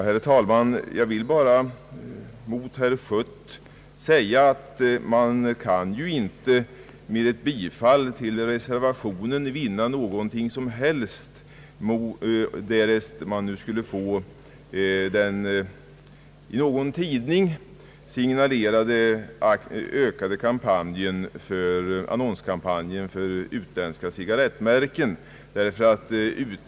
Herr talman! Jag vill bara gentemot herr Schött säga ati man ju inte med ett bifall till reservationen kan vinna någonting, därest man nu skulle få den i någon tidning signalerade ökade annonskampanjen för utländska cigarrettmärken.